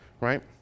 right